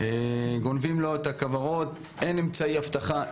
אין אמצעי אבטחה,